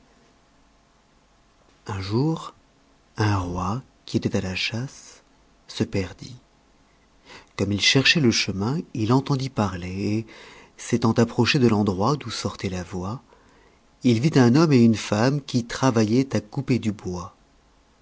un jour un roi qui était à la chasse se perdit comme il cherchait le chemin il entendit parler et s'étant approché de l'endroit d'où sortait la voix il vit un homme et une femme qui travaillaient à couper du bois